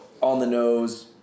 on-the-nose